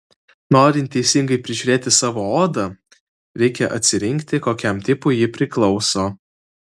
norint teisingai prižiūrėti savo odą reikia atsirinkti kokiam tipui ji priklauso